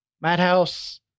Madhouse